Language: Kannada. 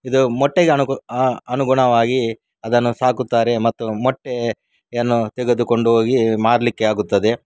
ಇದು ಮೊಟ್ಟೆಗೆ ಅನುಕು ಅನುಗುಣವಾಗಿ ಅದನ್ನು ಸಾಕುತ್ತಾರೆ ಮತ್ತು ಮೊಟ್ಟೆಯನ್ನು ತೆಗೆದುಕೊಂಡು ಹೋಗಿ ಮಾರಲಿಕ್ಕೆ ಆಗುತ್ತದೆ